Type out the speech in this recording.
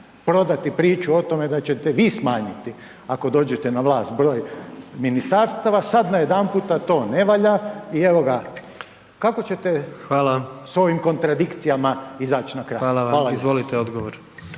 prodati priču o tome da ćete vi smanjiti ako dođete na vlast broj ministarstava, sad najedanputa to ne valja i evo ga, kako ćete .../Upadica: Hvala./... s ovim kontradikcijama izaći na kraj? Hvala vam. **Jandroković,